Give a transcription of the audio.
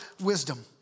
wisdom